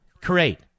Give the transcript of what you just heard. create